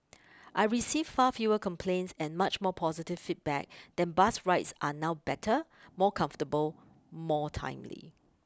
I receive far fewer complaints and much more positive feedback that bus rides are now better more comfortable more timely